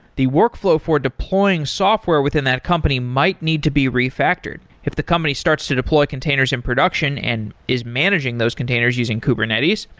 the workflow for deploying software within that company might need to be refactored. if the company starts to deploy containers in production and is managing those containers using kubernetes,